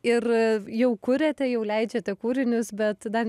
ir jau kuriate jau leidžiate kūrinius bet dar